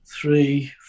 three